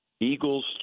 Eagles